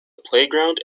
playground